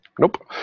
Nope